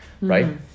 right